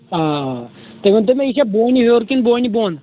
آ تُہۍ ؤنۍتو مےٚ یہِ چھا بونہِ ہیوٚر کِنہٕ بونہِ بۄن